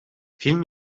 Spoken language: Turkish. film